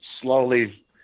slowly